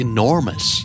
Enormous